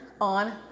on